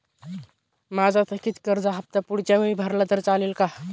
माझा थकीत कर्ज हफ्ता पुढच्या वेळी भरला तर चालेल का?